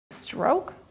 stroke